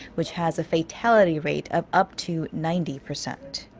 which has a fatality rate of up to ninety percent.